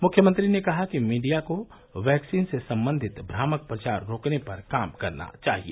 मुख्यमंत्री ने कहा कि मीडिया को वैक्सीन से संबंधित भ्रामक प्रचार रोकने पर काम करना चाहिए